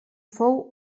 fou